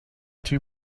too